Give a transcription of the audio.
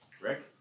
Rick